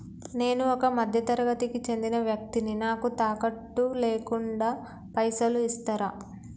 నేను ఒక మధ్య తరగతి కి చెందిన వ్యక్తిని నాకు తాకట్టు లేకుండా పైసలు ఇస్తరా?